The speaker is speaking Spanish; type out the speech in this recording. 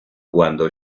cuando